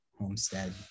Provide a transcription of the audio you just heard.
homestead